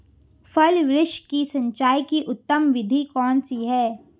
फल वृक्ष की सिंचाई की उत्तम विधि कौन सी है?